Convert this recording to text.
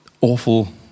awful